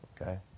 Okay